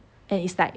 and it's like